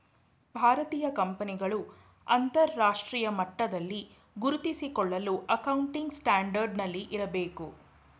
ಭಾರತೀಯ ಕಂಪನಿಗಳು ಅಂತರರಾಷ್ಟ್ರೀಯ ಮಟ್ಟದಲ್ಲಿ ಗುರುತಿಸಿಕೊಳ್ಳಲು ಅಕೌಂಟಿಂಗ್ ಸ್ಟ್ಯಾಂಡರ್ಡ್ ನಲ್ಲಿ ಇರಬೇಕು